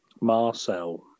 Marcel